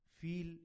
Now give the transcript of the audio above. feel